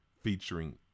featuring